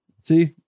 See